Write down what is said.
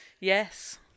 Yes